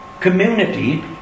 community